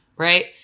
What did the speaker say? right